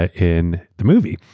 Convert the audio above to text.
ah in the movie.